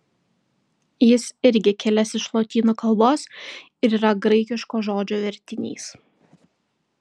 jis irgi kilęs iš lotynų kalbos ir yra graikiško žodžio vertinys